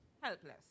helpless